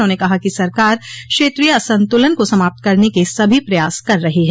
उन्होंने कहा कि सरकार क्षेत्रीय असंतुलन को समाप्त करने के सभी प्रयास कर रही है